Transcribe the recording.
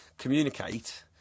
communicate